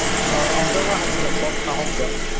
ꯑꯥ ꯑꯝꯇꯪꯒ ꯍꯥꯏꯕꯤꯔꯛꯈꯣ ꯇꯥꯍꯧꯗ꯭ꯔꯦ